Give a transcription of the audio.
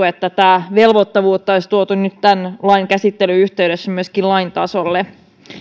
että tätä velvoittavuutta olisi tuotu nyt tämän lain käsittelyn yhteydessä myöskin lain tasolle